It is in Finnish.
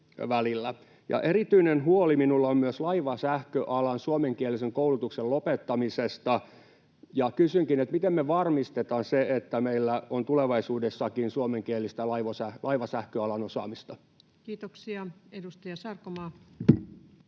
Erityinen huoli minulla on myös laivasähköalan suomenkielisen koulutuksen lopettamisesta. Kysynkin: miten me varmistetaan se, että meillä on tulevaisuudessakin suomenkielistä laivasähköalan osaamista? Kiitoksia. — Edustaja Sarkomaa.